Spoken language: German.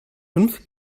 fünf